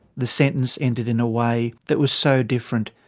the sentence ended in a way that was so different,